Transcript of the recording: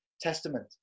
Testament